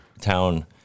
town